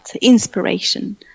inspiration